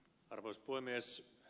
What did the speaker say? arvoisa puhemies